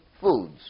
foods